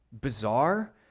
bizarre